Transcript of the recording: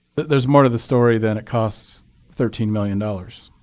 there's more to the story than it costs thirteen million dollars.